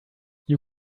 you